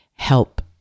help